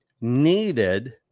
needed